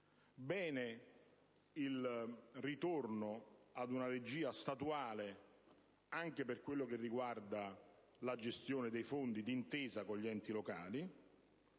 venga il ritorno ad una regia statuale anche per quello che riguarda la gestione dei fondi, d'intesa con gli enti locali,